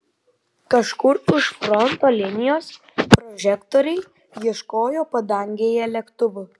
kažkur už fronto linijos prožektoriai ieškojo padangėje lėktuvų